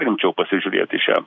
rimčiau pasižiūrėt į šią